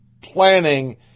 planning